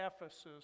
Ephesus